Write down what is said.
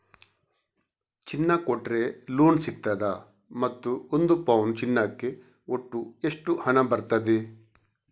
ಚಿನ್ನ ಕೊಟ್ರೆ ಲೋನ್ ಸಿಗ್ತದಾ ಮತ್ತು ಒಂದು ಪೌನು ಚಿನ್ನಕ್ಕೆ ಒಟ್ಟು ಎಷ್ಟು ಹಣ ಬರ್ತದೆ?